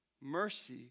mercy